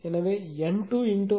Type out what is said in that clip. எனவே N2 I2 I2 N1